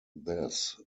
this